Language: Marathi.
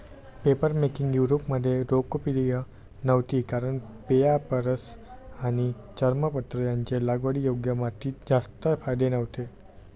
पेपरमेकिंग युरोपमध्ये लोकप्रिय नव्हती कारण पेपायरस आणि चर्मपत्र यांचे लागवडीयोग्य मातीत जास्त फायदे नव्हते